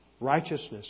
Righteousness